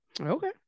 Okay